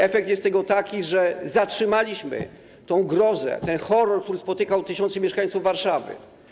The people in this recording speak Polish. Efekt tego jest taki, że zatrzymaliśmy tę grozę, ten horror, który spotykał tysiące mieszkańców Warszawy.